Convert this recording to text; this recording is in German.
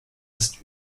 ist